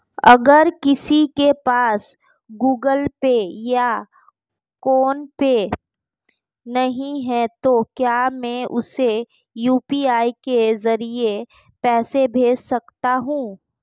अगर किसी के पास गूगल पे या फोनपे नहीं है तो क्या मैं उसे यू.पी.आई के ज़रिए पैसे भेज सकता हूं?